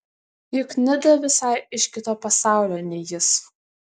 juk nida visai iš kito pasaulio nei jis